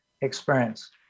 experience